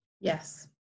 Yes